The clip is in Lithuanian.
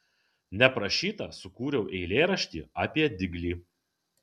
neprašyta sukūriau eilėraštį apie diglį